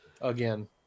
Again